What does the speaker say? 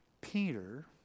Peter